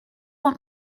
want